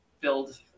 build